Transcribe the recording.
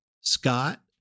Scott